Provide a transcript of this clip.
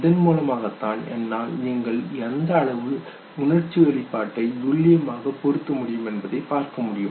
இதன் மூலமாகத்தான் என்னால் நீங்கள் எந்த அளவு உணர்ச்சி வெளிப்பாட்டை துல்லியமாக பொருத்த முடியும் என்பதை பார்க்க முடியும்